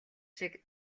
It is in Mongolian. шиг